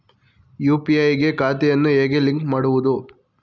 UPI ಗೆ ಖಾತೆಯನ್ನು ಹೇಗೆ ಲಿಂಕ್ ಮಾಡುವುದು?